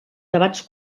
debats